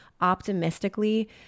optimistically